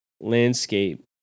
landscape